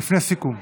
לפני סיכום.